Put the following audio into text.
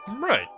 Right